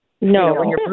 no